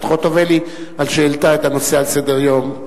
חוטובלי על שהעלתה את הנושא לסדר-היום.